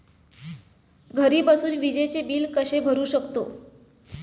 घरी बसून विजेचे बिल कसे भरू शकतो?